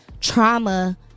trauma